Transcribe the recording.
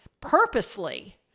purposely